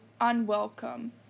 unwelcome